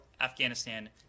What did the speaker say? Afghanistan